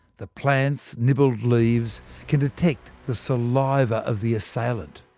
the plant's nibbled leaves can detect the saliva of the assailant.